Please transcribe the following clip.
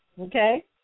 Okay